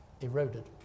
eroded